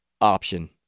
option